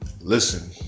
listen